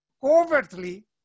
covertly